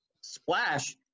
Splash